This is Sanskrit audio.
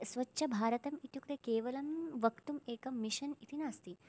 स्वच्छभारतम् इत्युक्ते केवलं वक्तुम् एकं मिशन् इति नास्ति